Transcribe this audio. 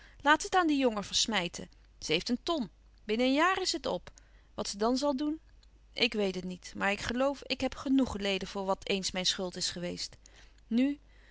ze het aan dien jongen versmijten ze heeft een ton binnen een jaar is het op wat ze dan zal doen ik weet het niet maar ik geloof ik heb genoèg geleden voor wat eens mijn schuld is geweest nù